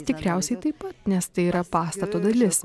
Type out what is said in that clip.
tikriausiai taip pat nes tai yra pastato dalis